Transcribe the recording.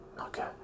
okay